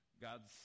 God's